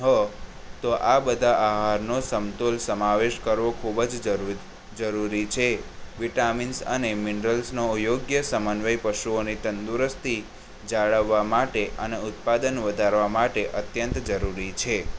હો તો આ બધા આહારનો સમતુલ સમાવેશ કરવો ખૂબ જ જરૂરી છે વિટામીન્સ અને મિનરલ્સનો યોગ્ય સમન્વય પશુઓને તંદુરસ્તી જાળવવા માટે અને ઉત્પાદન વધારવા માટે અત્યંત જરૂરી છે